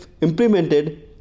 implemented